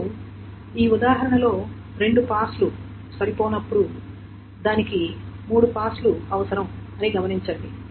ఇప్పుడు ఈ ఉదాహరణలో రెండు పాస్లు సరిపోనప్పుడు దానికి మూడు పాస్లు అవసరం అని గమనించండి